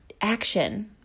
action